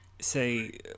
say